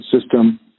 system